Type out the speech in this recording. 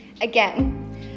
again